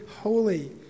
holy